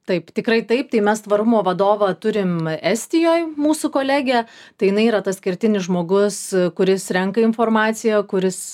taip tikrai taip tai mes tvarumo vadovą turim estijoj mūsų kolegę tai jinai yra tas kertinis žmogus kuris renka informaciją kuris